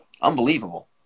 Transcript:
Unbelievable